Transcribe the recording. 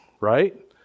right